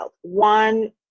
One